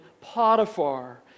Potiphar